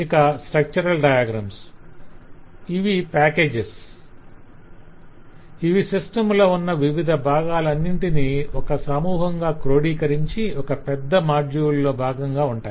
ఇక structural diagrams ఇవి packages - ఇవి సిస్టమ్ లో ఉన్న వివిధ భాగాలన్నింటినీ ఒక సమూహంగా క్రోడీకరించి ఒక పెద్ద మాడ్యూల్ లో భాగంగా ఉంటాయి